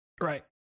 Right